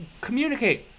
communicate